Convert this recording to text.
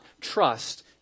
trust